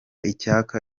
icyaka